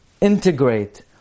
Integrate